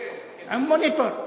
עם מוניטור.